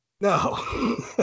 No